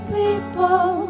people